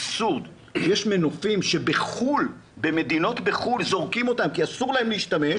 אבסודרי יש מנופים שבמדינות בחו"ל זורקים אותם כי אסור להם להשתמש.